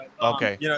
Okay